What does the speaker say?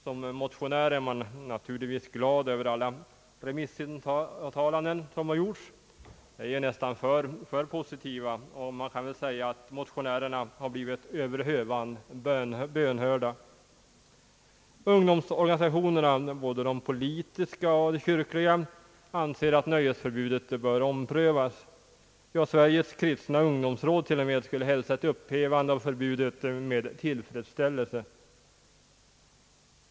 Som motionär är man naturligtvis glad över alla remissuttalanden som har gjorts. De är nästan för positiva, och man kan väl säga att motionärerna har blivit över hövan bönhörda. Ungdomsorganisationerna — både de politiska och de kyrkliga — anser att nöjesförbudet bör omprövas. T.o.m. Sveriges kristna ungdomsråd skulle hälsa ett upphävande av förbudet med tillfreds ställelse.